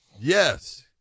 Yes